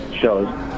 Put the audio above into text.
shows